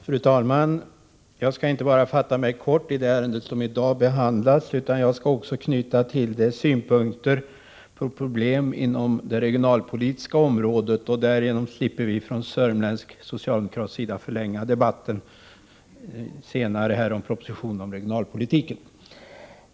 Fru talman! Jag skall inte bara fatta mig kort i det ärende som nu behandlas, utan jag skall också till det knyta synpunkter på problem inom det regionalpolitiska området. Därigenom slipper vi från sörmländsk socialdemokratisk sida förlänga debatten senare i dag om propositionen om regionalpolitiken.